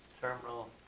terminal